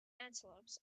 antelopes